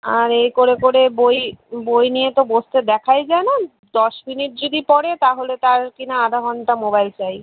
আর এই করে করে বই বই নিয়ে তো বসতে দেখাই যায় না দশ মিনিট যদি পড়ে তাহলে তার কি না আধ ঘন্টা মোবাইল চাই